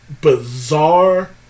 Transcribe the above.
bizarre